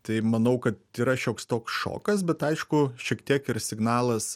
tai manau kad yra šioks toks šokas bet aišku šiek tiek ir signalas